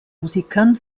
musikern